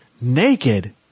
naked